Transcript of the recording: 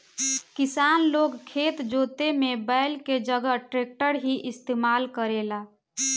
किसान लोग खेत जोते में बैल के जगह ट्रैक्टर ही इस्तेमाल करेला